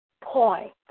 point